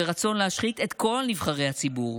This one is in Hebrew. ורצון להשחית את כל נבחרי הציבור.